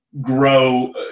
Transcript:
grow